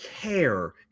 care